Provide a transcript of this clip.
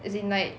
as in like